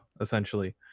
essentially